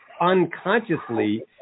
unconsciously